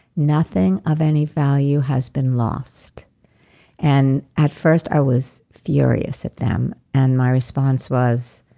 nothing of any value has been lost and at first, i was furious at them. and my response was,